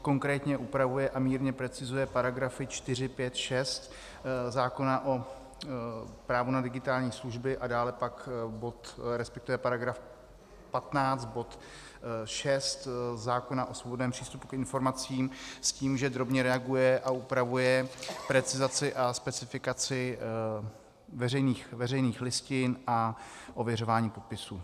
Konkrétně upravuje a mírně precizuje § 4, 5, 6 zákona o právu na digitální služby a dále pak § 15 bod 6 zákona o svobodném přístupu k informacím, s tím, že drobně reaguje a upravuje precizaci a specifikaci veřejných listin a ověřování podpisů.